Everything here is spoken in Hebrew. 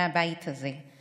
מהבית הזה,